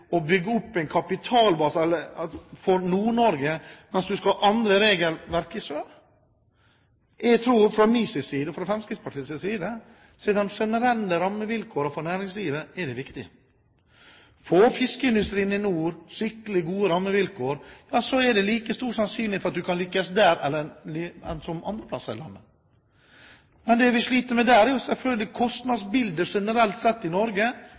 å bygge opp en kapitalbase for Nord-Norge og ha et annet regelverk i sør. Både Fremskrittspartiet og jeg tror at det er de generelle rammevilkårene for næringslivet som er viktige. Får fiskeindustrien i nord skikkelige, gode rammevilkår, er det like stor sannsynlighet for at man kan lykkes der som andre plasser i landet. Men det vi sliter med der, er jo selvfølgelig kostnadsbildet generelt i Norge sett i